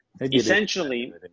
essentially